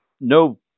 no